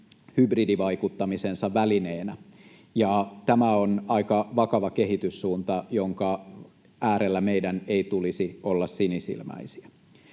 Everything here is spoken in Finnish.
hybridivaikuttamisensa välineenä. Tämä on aika vakava kehityssuunta, jonka äärellä meidän ei tulisi olla sinisilmäisiä.